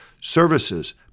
services